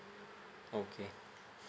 okay